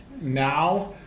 now